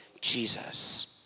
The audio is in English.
Jesus